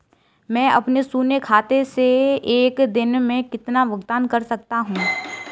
मैं अपने शून्य खाते से एक दिन में कितना भुगतान कर सकता हूँ?